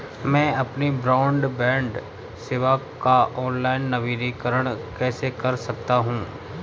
मैं अपनी ब्रॉडबैंड सेवा का ऑनलाइन नवीनीकरण कैसे कर सकता हूं?